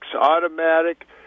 automatic